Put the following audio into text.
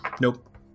Nope